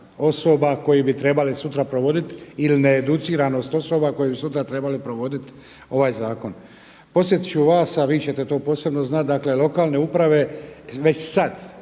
osoba koje bi trebale sutra provoditi ili needuciranost osoba koje bi sutra trebale provoditi ovaj zakon. Podsjetit ću vas, a vi ćete to posebno znati, dakle lokalne uprave već sad